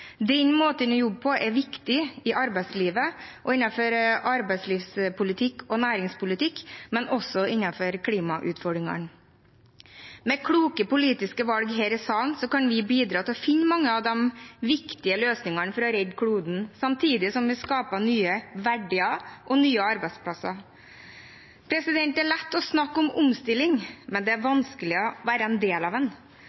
Den måten å jobbe på er viktig i arbeidslivet og innenfor arbeidslivspolitikk og næringslivspolitikk, men også innenfor klimautfordringene. Med kloke politiske valg her i salen kan vi bidra til å finne mange av de viktige løsningene for å redde kloden, samtidig som vi skaper nye verdier og nye arbeidsplasser. Det er lett å snakke om omstilling, men det er